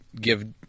give